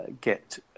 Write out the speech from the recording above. get